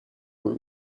room